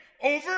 over